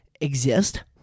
exist